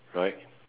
right